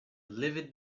livid